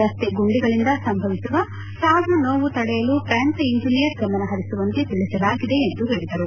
ರಸ್ತೆ ಗುಂಡಿಗಳಿಂದ ಸಂಭವಿಸುವ ಸಾವು ನೋವು ತಡೆಯಲು ಪ್ರಾಂತ್ಯ ಇಂಜಿನಿಯರ್ ಗಮನ ಪರಿಸುವಂತೆ ತಿಳಿಸಲಾಗಿದೆ ಎಂದು ಹೇಳಿದರು